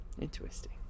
interesting